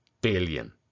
billion